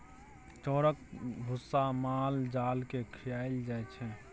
चाउरक भुस्सा माल जाल केँ खुआएल जाइ छै